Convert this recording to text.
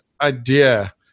idea